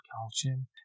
calcium